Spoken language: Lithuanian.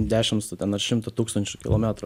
dešims tu ar ten šimtą tūkstančių kilometrų